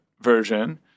version